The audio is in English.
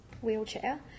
wheelchair